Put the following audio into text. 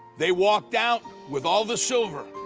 they walked out with all the silver,